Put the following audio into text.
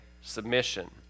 submission